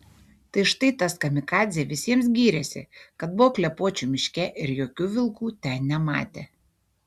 tai štai tas kamikadzė visiems gyrėsi kad buvo klepočių miške ir jokių vilkų ten nematė